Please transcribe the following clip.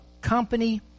company